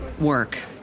work